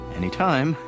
anytime